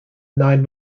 nine